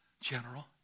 general